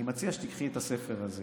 אני מציע שתיקחי את הספר הזה